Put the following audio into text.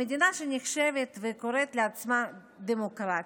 במדינה שנחשבת דמוקרטית וקוראת לעצמה דמוקרטית,